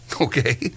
okay